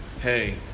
hey